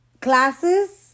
classes